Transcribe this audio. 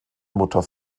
mutter